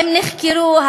אם נחקרו,